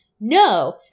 No